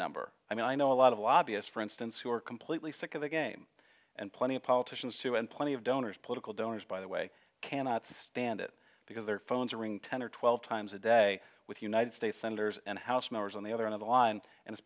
number i know a lot of lobbyist for instance who are completely sick of the game and plenty of politicians too and plenty of donors political donors by the way cannot stand it because their phones are ringing ten or twelve times a day with united states senators and house members on the other end of the line and